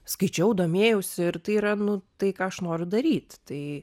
skaičiau domėjausi ir tai yra nu tai ką aš noriu daryt tai